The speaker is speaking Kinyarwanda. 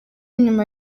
nyuma